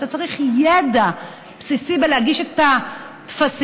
אתה צריך ידע בסיסי בלהגיש את הטפסים,